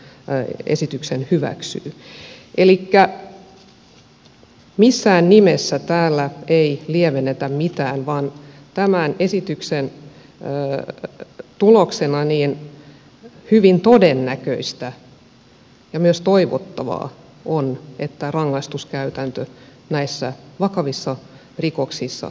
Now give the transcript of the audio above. elikkä missään nimessä täällä ei lievennetä mitään vaan tämän esityksen tuloksena hyvin todennäköisesti ja myös toivottavasti on se että rangaistuskäytäntö näissä vakavissa rikoksissa ankaroituu